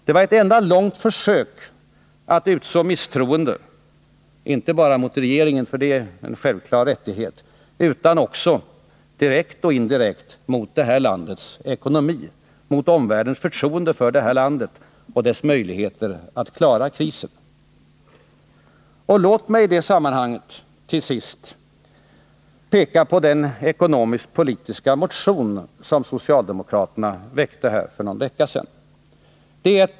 Det var ett enda långt försök att utså misstroende — inte bara mot regeringen, det är deras självklara rättighet, utan också direkt och indirekt mot vårt lands ekonomi, mot omvärldens förtroende för landet och dess möjligheter att klara krisen. Låt mig till sist i det sammanhanget peka på den ekonomisk-politiska motion som socialdemokraterna väckte för någon vecka sedan.